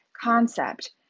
concept